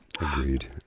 Agreed